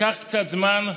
לקח קצת זמן,